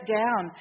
down